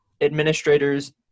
administrators